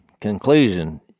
conclusion